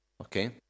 okay